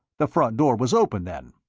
the front door was open, then?